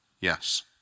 Yes